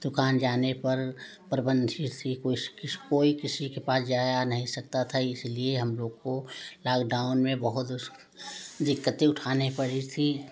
दुकान जाने पर प्रबंधी थी कौस को कोई किसी के पास जाया नहीं सकता था इसीलिए हम लोग को लॉकडाउन में बहुत सी दिक्कते उठानी पड़ी थी